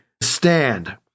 stand